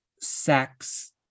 sex